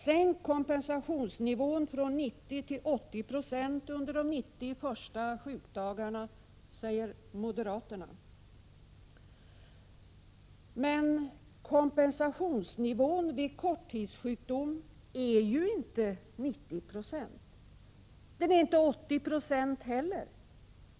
Sänk kompensationsnivån från 90 till 80 26 under de 90 första sjukdagarna, föreslår moderaterna. Men —- kompensationsnivån vid korttidssjukdom är ju inte 90 Jo. Den är inte 80 96 heller.